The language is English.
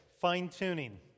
fine-tuning